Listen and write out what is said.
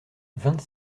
vingt